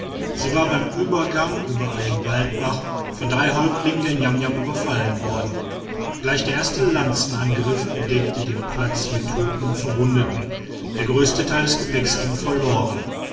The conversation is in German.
sie war beim übergang über einen waldbach von drei häuptlingen der niamniam überfallen worden gleich der erste lanzenangriff bedeckte den platz mit toten und verwundeten der größte teil des gepäcks ging verloren